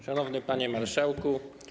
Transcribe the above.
Szanowny Panie Marszałku!